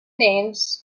names